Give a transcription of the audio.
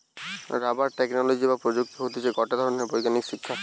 rubber technology বা প্রযুক্তি হতিছে গটে ধরণের বৈজ্ঞানিক শিক্ষা